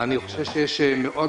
רב